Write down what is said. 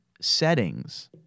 settings